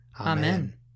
Amen